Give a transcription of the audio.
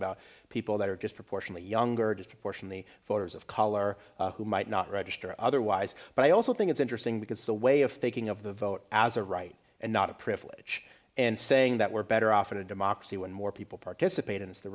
about people that are just proportionally younger just a portion of the voters of color who might not register otherwise but i also think it's interesting because the way of thinking of the vote as a right and not a privilege and saying that we're better off in a democracy when more people participate is the